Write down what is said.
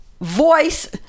voice